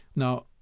now,